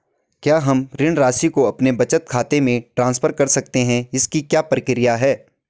क्या हम ऋण राशि को अपने बचत खाते में ट्रांसफर कर सकते हैं इसकी क्या प्रक्रिया है?